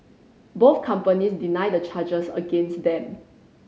both companies deny the charges against them